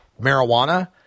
marijuana